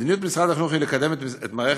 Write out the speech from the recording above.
מדיניות משרד החינוך היא לקדם את מערכת